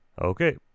Okay